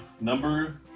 number